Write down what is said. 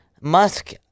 Musk